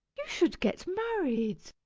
you should get married.